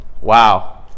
Wow